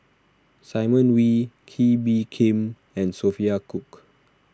Simon Wee Kee Bee Khim and Sophia Cooke